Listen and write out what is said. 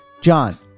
John